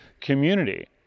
community